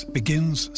begins